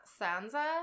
Sansa